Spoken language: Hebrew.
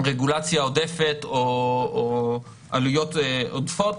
רגולציה עודפת או עלויות עודפות